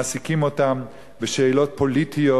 מעסיקים אותם בשאלות פוליטיות,